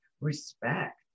respect